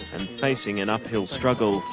and facing an uphill struggle.